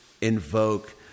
invoke